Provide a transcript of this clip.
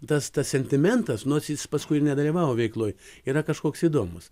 tas tas sentimentas nors jis paskui ir nedalyvavo veikloj yra kažkoks įdomus